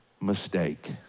mistake